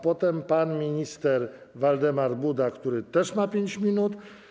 Potem pan minister Waldemar Buda, który też ma 5 minut.